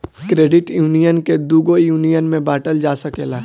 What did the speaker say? credit union के दुगो union में बॉटल जा सकेला